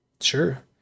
Sure